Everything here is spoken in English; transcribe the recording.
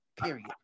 period